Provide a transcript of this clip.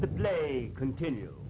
the play continue